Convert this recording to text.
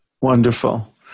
Wonderful